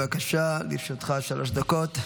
בבקשה, לרשותך שלוש דקות.